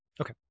Okay